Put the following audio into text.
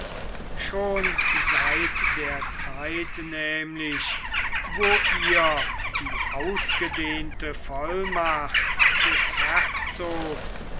schon seit der zeit nämlich wo ihr die ausgedehnte vollmacht des herzogs